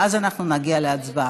ואז אנחנו נגיע להצבעה.